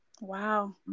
Wow